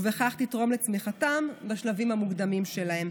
ובכך תתרום לצמיחתן בשלבים המוקדמים שלהם.